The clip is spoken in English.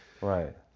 Right